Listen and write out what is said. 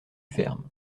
fermes